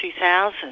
2000